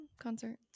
concert